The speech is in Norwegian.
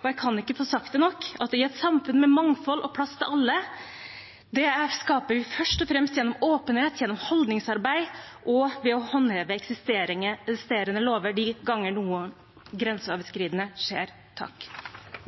og jeg kan ikke få sagt det nok, at et samfunn med mangfold og plass til alle skaper vi først og fremst gjennom åpenhet, gjennom holdningsarbeid og ved å håndheve eksisterende lover de ganger noe grenseoverskridende skjer. Når